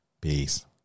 peace